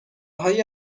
های